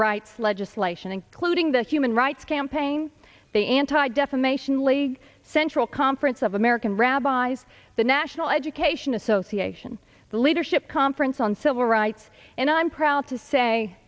rights legislation including the human rights campaign the anti defamation league central conference of american rabbis the national education association the leadership conference on civil rights and i'm proud to say